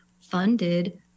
funded